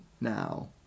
now